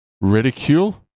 ridicule